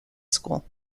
school